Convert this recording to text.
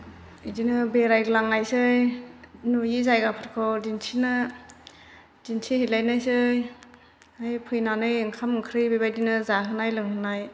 बेदिनो बेरायग्लांनायसै नुयि जायगाफोरखौ दिन्थिनो दिन्थिहैलायनोसै फैनानै ओंखाम ओंख्रि बेबायदिनो जाहोनाय लोंहोनाय